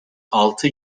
altı